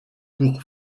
pour